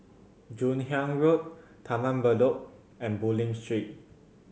Joon Hiang Road Taman Bedok and Bulim Street